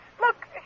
Look